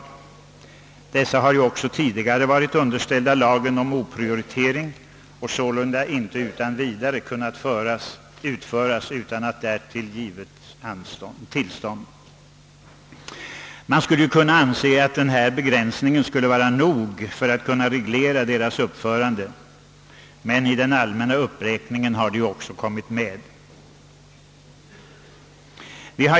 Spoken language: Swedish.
Sådana byggen har ju också tidigare varit underställda lagen om prioritering och sålunda inte kunnat utföras utan särskilt tillstånd. Man tycker att denna begränsnig kunde vara nog för att reglera uppförandet av sådana byggnader, men de har också kommit med i den allmänna uppräkningen.